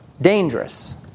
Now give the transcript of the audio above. dangerous